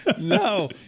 No